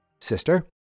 sister